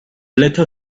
letter